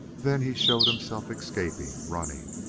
then he showed himself escaping, running,